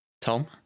Tom